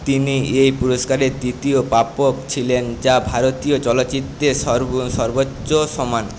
তিনি এই পুরস্কারের তৃতীয় প্রাপক ছিলেন যা ভারতীয় চলচ্চিত্রের সর্বোচ্চ সম্মান